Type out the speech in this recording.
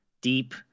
Deep